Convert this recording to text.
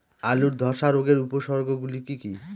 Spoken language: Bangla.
আলুর ধ্বসা রোগের উপসর্গগুলি কি কি?